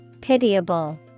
Pitiable